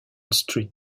street